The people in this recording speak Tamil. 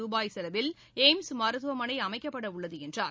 ரூபாய் செலவில் எய்ம்ஸ் மருத்துவமனை அமைக்கப்பட உள்ளது என்றார்